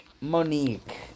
Monique